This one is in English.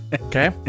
Okay